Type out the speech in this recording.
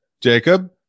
Jacob